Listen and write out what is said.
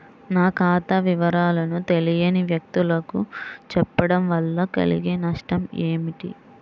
నా ఖాతా వివరాలను తెలియని వ్యక్తులకు చెప్పడం వల్ల కలిగే నష్టమేంటి?